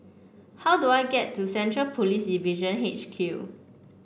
how do I get to Central Police Division H Q